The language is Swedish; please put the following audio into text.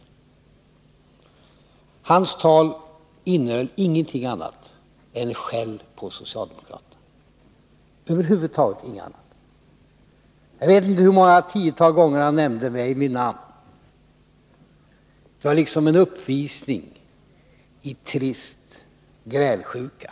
Men hans tal innehöll ingenting annat än skäll på socialdemokraterna, över huvud taget ingenting annat. Jag vet inte hur många tiotal gånger han nämnde mitt namn. Det var liksom en uppvisning i trist grälsjuka.